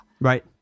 Right